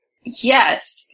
Yes